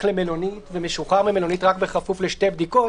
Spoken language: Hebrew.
למלונית ומשוחרר ממלונית רק בכפוף לשתי בדיקות.